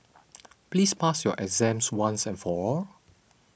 please pass your exams once and for all